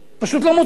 פשוט לא מוצא.